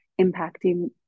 impacting